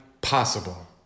possible